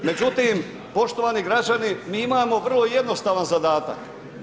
Međutim, poštovani građani mi imamo vrlo jednostavan zadatak.